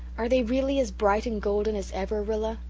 are they really as bright and golden as ever, rilla?